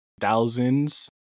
thousands